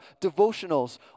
devotionals